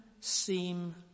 seem